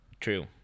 True